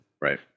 Right